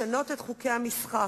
לשנות את חוקי המשחק,